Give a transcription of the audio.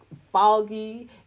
foggy